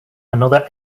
another